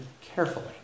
carefully